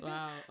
Wow